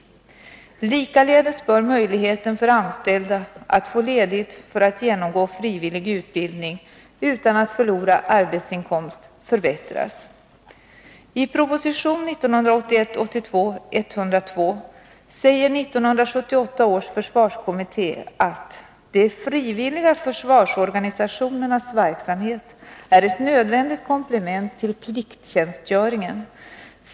Likaledes bör möjligheten för anställda att få ledigt för att genomgå frivillig utbildning utan att förlora arbetsinkomst förbättras. I proposition 1981/82:102 säger 1978 års försvarskommitté att de frivilliga försvarsorganisationeras verksamhet är ett nödvändigt komplement till plikttjänstgöringen.